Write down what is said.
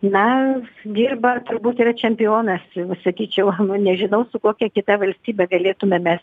na dirba turbūt yra čempionas jau sakyčiau nu nežinau su kokia kita valstybe galėtume mes